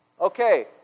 Okay